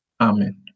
Amen